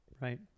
right